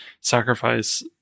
sacrifice